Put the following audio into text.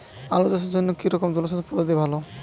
আলু চাষের জন্য কী রকম জলসেচ পদ্ধতি ভালো?